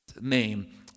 name